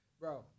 Bro